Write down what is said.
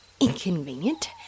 inconvenient